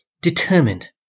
determined